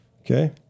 Okay